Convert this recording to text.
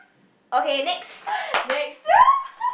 okay next